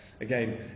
again